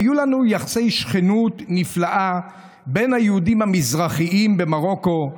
היו לנו יחסי שכנות נפלאה בין היהודים המזרחים במרוקו,